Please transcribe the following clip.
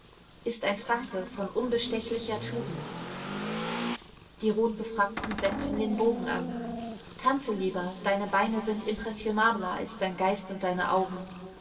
ist ein franke von unbestechlicher tugend die rotbefrackten setzten den bogen an tanze lieber deine beine sind impressionabler als dein geist und deine augen